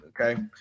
okay